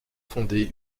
fonder